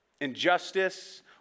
Injustice